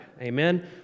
Amen